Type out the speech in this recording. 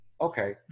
Okay